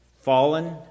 fallen